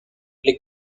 les